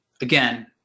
Again